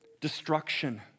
destruction